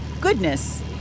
goodness